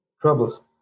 Troubles